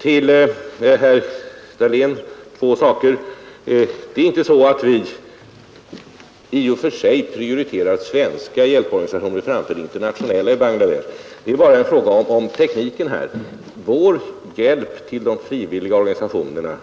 Till herr Dahlén vill jag säga två saker. Det är inte så att vi i och för sig prioriterar svenska hjälporganisationer framför internationella i Bangladesh. Det är bara en fråga om tekniken här. Vår hjälp till de frivilliga organisationerna